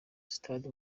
stade